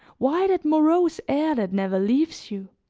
why that morose air never leaves you?